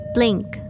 Blink